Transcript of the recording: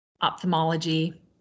ophthalmology